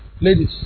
Ladies